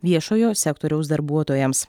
viešojo sektoriaus darbuotojams